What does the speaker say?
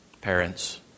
Parents